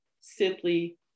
simply